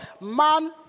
man